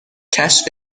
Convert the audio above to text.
کشف